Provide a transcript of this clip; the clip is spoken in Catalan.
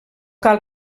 cal